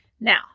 Now